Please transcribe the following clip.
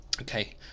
okay